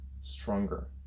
stronger